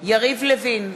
יריב לוין,